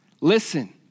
listen